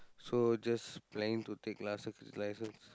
so just planning to take lah security license